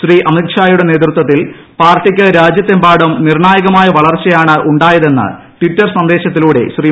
ശ്രീ അമിത് ഷായുടെ നേതൃത്വത്തിൽ പാർട്ടിക്ക് രാജ്യത്തെമ്പാടും നിർണ്ണായകമായ വളർച്ചയാണുണ്ടായതെന്ന് ട്വിറ്റർ സന്ദേശത്തിലൂടെ ശ്രീ